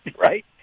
right